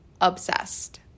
obsessed